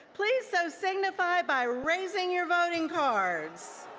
please so signify by raising your voting cards.